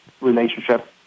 relationship